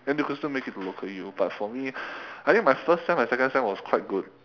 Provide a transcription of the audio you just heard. then you could still make it to local U but for me I think my first sem and second sem was quite good